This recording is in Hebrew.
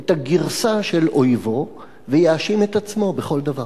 את הגרסה של אויבו ויאשים את עצמו בכל דבר.